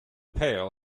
pail